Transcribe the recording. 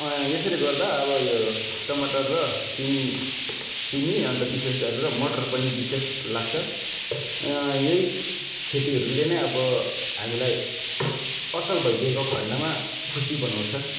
यसैले गर्दा अब यो टमाटर र सिमी सिमी अन्त विशेष गरेर मटर पनि विशेष लाग्छ यही खेतीहरूले नै अब हामीलाई असल भइदिएको खन्डमा खुसी बनाउँछ